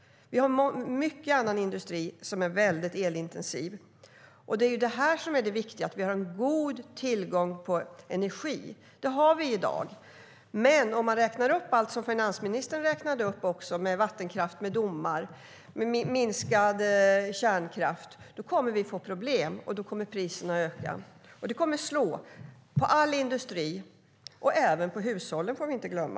Vi har mycket annan industri som är väldigt elintensiv. Det viktiga är att vi har god tillgång på energi. Det har vi i dag, men om man räknar upp allt som finansministern också räknade upp - vattenkraft, domar och minskad kärnkraft - kommer vi att få problem, och då kommer priset att öka. Det kommer att slå mot all industri och även mot hushållen, som vi inte får glömma.